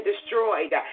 destroyed